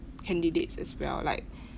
candidates as well like